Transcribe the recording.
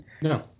no